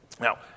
Now